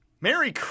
Merry